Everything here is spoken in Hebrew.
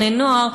בני-נוער,